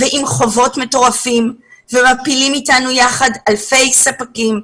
ועם חובות מטורפים ומפילים אתנו יחד אלפי ספקים.